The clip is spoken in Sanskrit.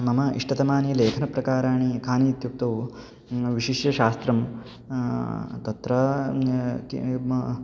मम इष्टतमानि लेखनप्रकाराणि कानि इत्युक्तौ विशिष्यशास्त्रं तत्र किं मा